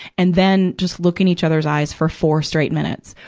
and then, just look in each other's eyes for four straight minutes,